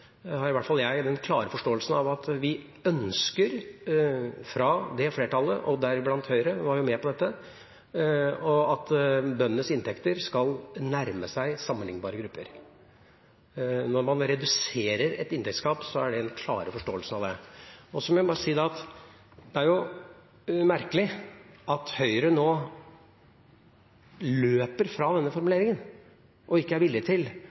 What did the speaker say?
har i hvert fall jeg den klare forståelsen at vi ønsker fra det flertallet – og deriblant Høyre, de var jo med på dette – at bøndenes inntekter skal nærme seg sammenlignbare grupper. Når man reduserer et inntektsgap, er det den klare forståelsen av det. Og så må jeg bare si at det er jo merkelig at Høyre nå løper fra denne formuleringen og ikke er villig til